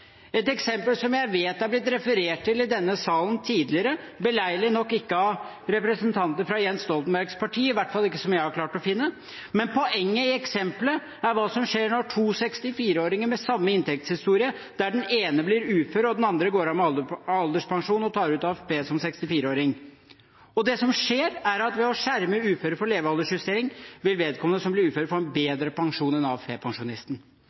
et eksempel som jeg vet det er blitt referert til i denne salen tidligere, beleilig nok ikke av representanter fra Jens Stoltenbergs parti, i hvert fall ikke som jeg har klart å finne. Poenget i eksemplet er hva som skjer med to 64-åringer med samme inntektshistorie, der den ene blir ufør og den andre går av med alderspensjon og tar ut AFP som 64-åring. Det som skjer, er at ved å skjerme uføre for levealdersjustering vil vedkommende som blir ufør, få en bedre pensjon enn AFP-pensjonisten. Jeg synes også eksemplet som presenteres i proposisjonen, er ganske talende for